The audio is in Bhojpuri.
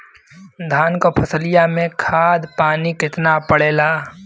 धान क फसलिया मे खाद पानी कितना पड़े ला?